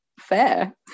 fair